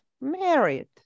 married